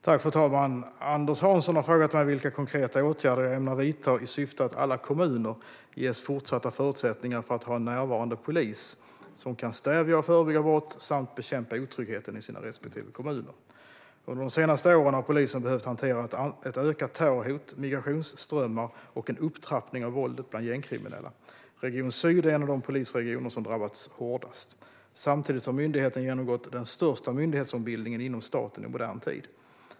Fru talman! Anders Hansson har frågat mig vilka konkreta åtgärder jag ämnar vidta i syfte att alla kommuner ska ges fortsatta förutsättningar för att ha en närvarande polis som kan stävja och förebygga brott samt bekämpa otryggheten i de respektive kommunerna. Under de senaste åren har polisen behövt hantera ett ökat terrorhot, migrationsströmmar och en upptrappning av våldet bland gängkriminella. Region syd är en av de polisregioner som drabbats hårdast. Samtidigt har myndigheten genomgått den största myndighetsombildningen inom staten i modern tid.